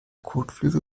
kotflügel